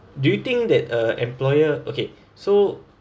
do you think that uh employer okay so